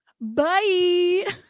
Bye